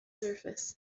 surface